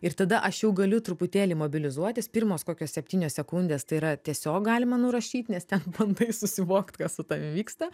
ir tada aš jau galiu truputėlį mobilizuotis pirmos kokios septynios sekundės tai yra tiesiog galima nurašyt nes ten bandai susivokt kas su tavim vyksta